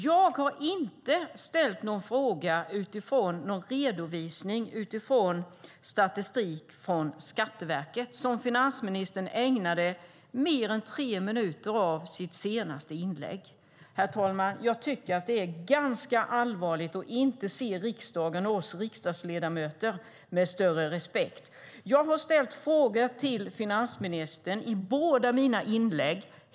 Jag har inte ställt någon fråga utifrån någon redovisning av statistik från Skatteverket, som finansministern ägnade mer än tre minuter av sitt senaste inlägg åt. Herr talman! Jag tycker att det är ganska allvarligt att inte se riksdagen och oss riksdagsledamöter med större respekt. Jag har ställt frågor till finansministern i båda mina inlägg.